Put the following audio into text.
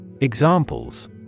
Examples